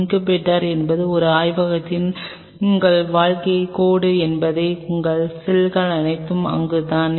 incubator என்பது ஒரு ஆய்வகத்தில் உங்கள் வாழ்க்கை கோடு என்பதால் உங்கள் செல்கள் அனைத்தும் அங்குதான்